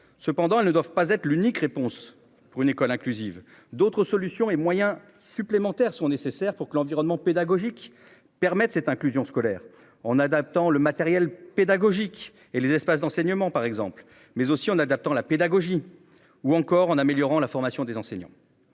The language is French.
Cependant, elle ne doivent pas être l'unique réponse pour une école inclusive d'autres solutions et moyens supplémentaires sont nécessaires pour que l'environnement pédagogique permettent cette inclusion scolaire en adaptant le matériel pédagogique et les espaces d'enseignement par exemple mais aussi en adaptant la pédagogie ou encore en améliorant la formation des enseignants.